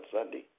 Sunday